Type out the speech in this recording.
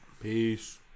Peace